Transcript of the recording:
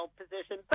position